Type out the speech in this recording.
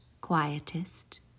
quietest